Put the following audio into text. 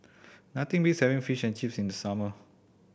nothing beats having Fish and Chips in the summer